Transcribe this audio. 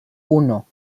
uno